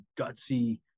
gutsy